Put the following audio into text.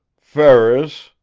ferris,